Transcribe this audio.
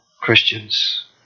Christians